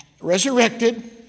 resurrected